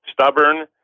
Stubborn